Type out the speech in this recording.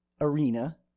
arena